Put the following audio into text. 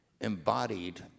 embodied